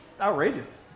outrageous